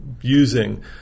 using